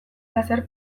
plazer